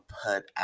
put